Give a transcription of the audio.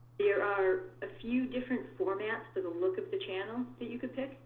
there are a few different formats for the look of the channel that you could pick,